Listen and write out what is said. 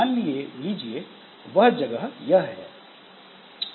मान लीजिए वह जगह यह है